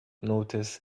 notice